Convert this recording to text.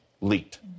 Leaked